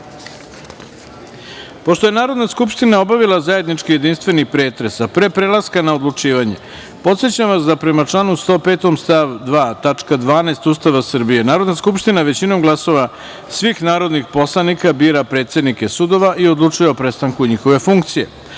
je Narodna skupština obavila zajednički jedinstveni pretres, a pre prelaska na odlučivanje, podsećam vas da prema članu 105. stav 2. tačka 12. Ustava Republike Srbije, Narodna skupština većinom glasova svih narodnih poslanika, bira predsednike sudova i odlučuje o prestanku njihove funkcije. Imajući